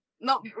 No